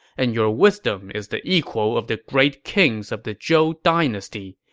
and your wisdom is the equal of the great kings of the zhou dynasty.